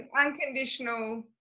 unconditional